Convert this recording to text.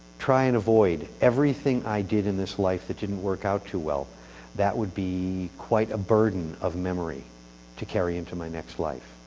try and avoid everything i did in this life that didn't work out too well that would be quite a burden of memory to carry into my next life.